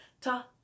ta